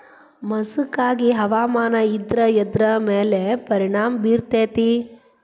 ಮಸಕಾಗಿ ಹವಾಮಾನ ಇದ್ರ ಎದ್ರ ಮೇಲೆ ಪರಿಣಾಮ ಬಿರತೇತಿ?